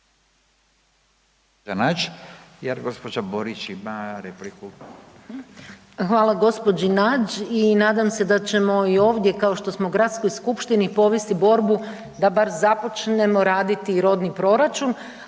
Hvala gospođi Nađ i nadam se da ćemo i ovdje kao što smo i u Gradskoj skupštini povesti borbu da bar započnemo raditi rodni proračun.